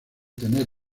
tener